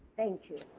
thank you.